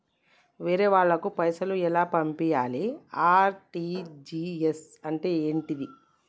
వేరే వాళ్ళకు పైసలు ఎలా పంపియ్యాలి? ఆర్.టి.జి.ఎస్ అంటే ఏంటిది?